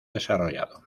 desarrollado